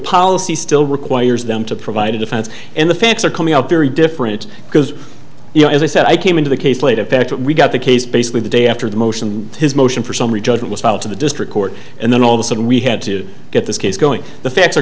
policy still requires them to provide a defense and the facts are coming out very different because you know as i said i came into the case late in fact we got the case basically the day after the motion his motion for summary judgment was filed to the district court and then all of a sudden we had to get this case going the facts are